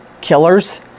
killers